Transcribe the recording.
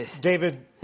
David